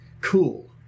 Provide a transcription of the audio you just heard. cool